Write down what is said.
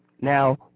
now